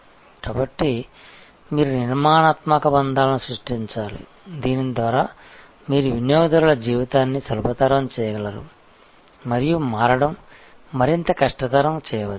కాబట్టి మీరు ఈ నిర్మాణాత్మక బంధాలను సృష్టించాలి దీని ద్వారామీరు వినియోగదారుల జీవితాన్ని సులభతరం చేయగలరు మరియు మారడం మరింత కష్టతరం చేయవచ్చు